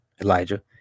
Elijah